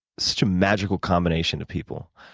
such a magical combination of people.